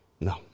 No